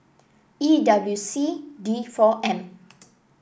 E W C D four M